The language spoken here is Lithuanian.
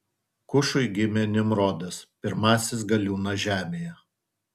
kušui gimė nimrodas pirmasis galiūnas žemėje